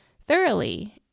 thoroughly